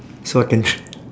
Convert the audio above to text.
so I can t~